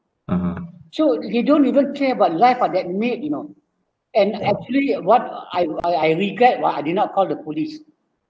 so they don't even care about life of that maid you know and actually what I I regret why I did not call the police